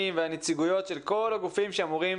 והנציגויות של כל הגופים שאמורים